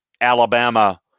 Alabama